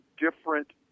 different